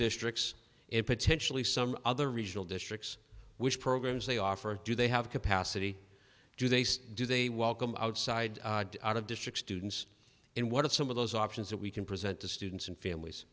districts and potentially some other regional districts which programs they offer do they have capacity do they see do they welcome outside out of district students and what are some of those options that we can present to students and families